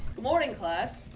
morning, class.